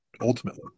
ultimately